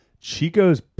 Chico's